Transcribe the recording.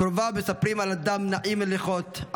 קרוביו מספרים על אדם נעים הליכות,